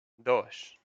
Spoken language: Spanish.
dos